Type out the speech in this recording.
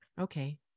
Okay